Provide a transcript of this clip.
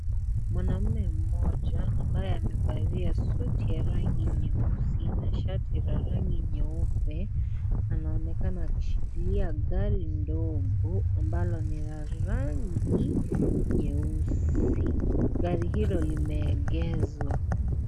Mwanaume mmoja ambaye amevalia suti ya rangi nyeusi, na shati la rangi nyeupe, anaonekana akishikilia gari ndogo ambalo ni la rangi nyeusi. Gari hilo limeegezwa.